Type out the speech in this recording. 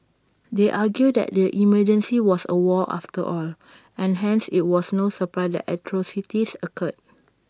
they argue that the emergency was A war after all and hence IT was no surprise that atrocities occurred